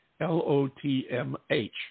L-O-T-M-H